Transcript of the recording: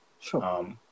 Sure